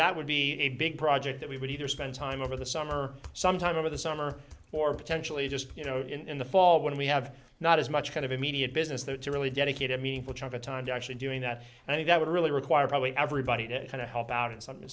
that would be a big project that we would either spend time over the summer sometime over the summer or potentially just you know in the fall when we have not as much kind of immediate business there to really dedicated me of a time to actually doing that and i think that would really require probably everybody to kind of help out and some i